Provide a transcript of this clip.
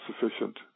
sufficient